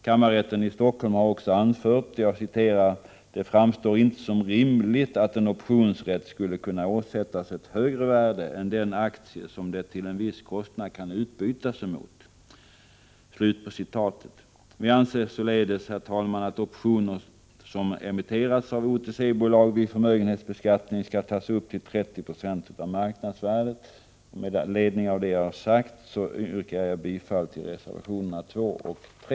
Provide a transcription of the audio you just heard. Kammarrätten i Stockholm har även anfört: ”Det framstår inte som rimligt att en optionsrätt skulle kunna åsättas högre värde än den aktie som den till en viss kostnad kan utbytas emot.” Vi anser således, herr talman, att optionsrätter i OTC-bolag vid förmögenhetsbeskattning skall tas upp till 30 26 av marknadsvärdet. Med hänvisning till vad jag har anfört yrkar jag bifall till reservationerna 2 och 3.